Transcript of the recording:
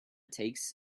takes